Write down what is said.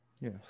Yes